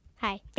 Hi